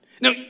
Now